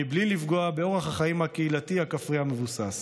בלי לפגוע באורח החיים הקהילתי הכפרי המבוסס,